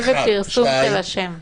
זה ופרסום של השם.